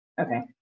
Okay